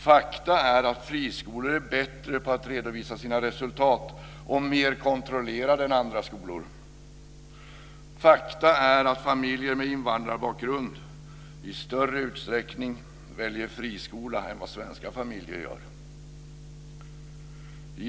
Fakta är att friskolor är bättre på att redovisa sina resultat och mer kontrollerade än andra skolor. Fakta är att familjer med invandrarbakgrund i större utsträckning väljer friskola än vad svenska familjer gör.